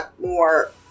more